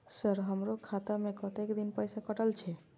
Sir हमारो खाता में कतेक दिन पैसा कटल छे?